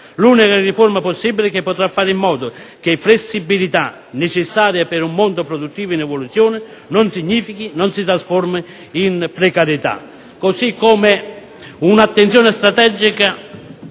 l'unica riforma possibile che potrà fare in modo che la flessibilità, necessaria per un mondo produttivo in evoluzione, non si trasformi in precarietà.